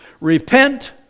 repent